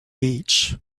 beach